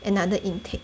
another intake